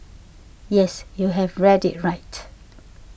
yes you have read it right